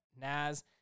Naz